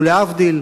ולהבדיל,